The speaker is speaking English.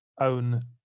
own